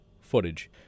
footage